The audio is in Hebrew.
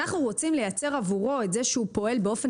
אנחנו רוצים לייצר עבורו את זה שהוא פועל באופן